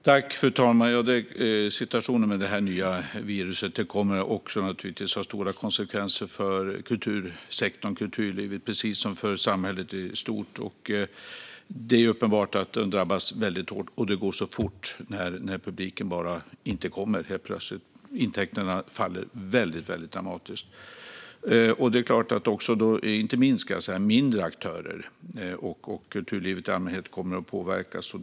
Fru talman! Situationen med detta nya virus kommer naturligtvis att få stora konsekvenser också för kultursektorn och kulturlivet, precis som för samhället i stort. Det är uppenbart att det drabbar hårt när publiken helt plötsligt bara inte kommer, och det går fort. Intäkterna faller väldigt dramatiskt. Det drabbar inte minst mindre aktörer. Kulturlivet i allmänhet kommer att påverkas.